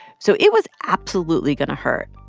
so it was absolutely going to hurt.